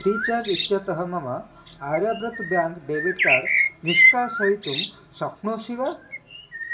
free charge इत्यतः मम Aryavart bank debit card निष्कासयितुं शक्नोषि वा